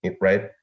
Right